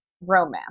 romance